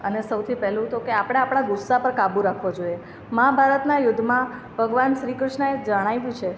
અને સૌથી પહેલું તો આપણે આપણા ગુસ્સા પર કાબૂ રાખવો જોઈએ મહાભારતના યુદ્ધમાં ભગવાન શ્રી કૃષ્ણએ જણાવ્યું છે